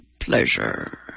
pleasure